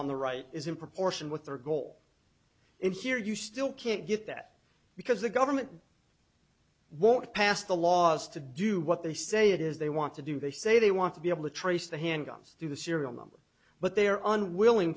on the right is in proportion with their goal and here you still can't get that because the government won't pass the laws to do what they say it is they want to do they say they want to be able to trace the handguns through the serial number but they are unwilling